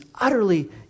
utterly